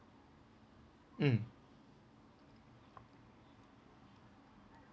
mm